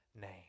name